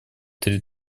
три